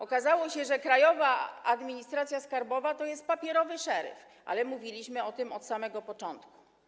Okazało się, że Krajowa Administracja Skarbowa to jest papierowy szeryf, ale mówiliśmy o tym od samego początku.